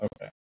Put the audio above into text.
Okay